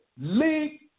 league